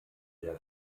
der